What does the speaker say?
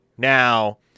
Now